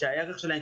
שהערך שלהן,